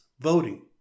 Voting